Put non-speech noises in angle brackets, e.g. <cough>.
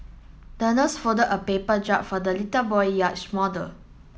the nurse folded a paper <unintelligible> for the little boy yacht model